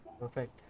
Perfect